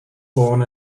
born